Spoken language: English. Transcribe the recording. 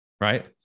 right